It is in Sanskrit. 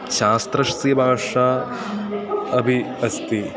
शास्त्रस्य भाषा अपि अस्ति